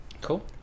Cool